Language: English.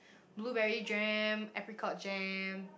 blueberry jam apricot jam